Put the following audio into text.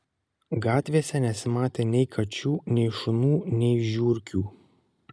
gatvėse nesimatė nei kačių nei šunų nei žiurkių